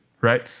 right